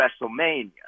wrestlemania